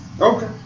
Okay